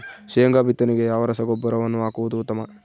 ಶೇಂಗಾ ಬಿತ್ತನೆಗೆ ಯಾವ ರಸಗೊಬ್ಬರವನ್ನು ಹಾಕುವುದು ಉತ್ತಮ?